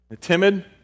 Timid